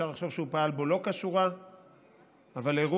אפשר לחשוב שהוא פעל בו לא כשורה,